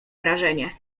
wrażenie